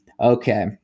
Okay